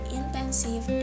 intensive